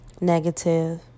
negative